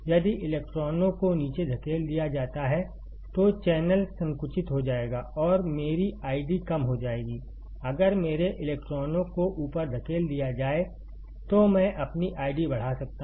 यदि इलेक्ट्रॉनों को नीचे धकेल दिया जाता है तो चैनल संकुचित हो जाएगा और मेरी आईडी कम हो जाएगी अगर मेरे इलेक्ट्रॉनों को ऊपर धकेल दिया जाए तो मैं अपनी आईडी बढ़ा सकता हूं